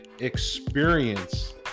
experience